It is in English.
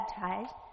baptized